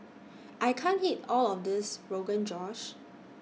I can't eat All of This Rogan Josh